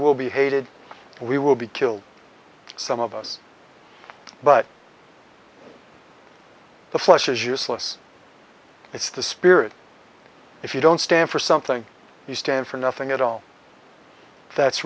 will be hated and we will be killed some of us but the flesh is useless it's the spirit if you don't stand for something you stand for nothing at all that's